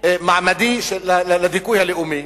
מעמדי לדיכוי הלאומי.